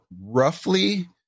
roughly